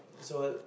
so